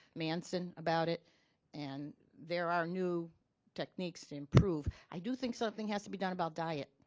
manson about it and there are new techniques to improve. i do think something has to be done about diet.